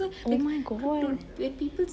oh my god